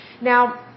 Now